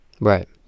Right